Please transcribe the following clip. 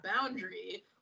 boundary